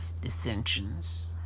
dissensions